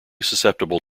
susceptible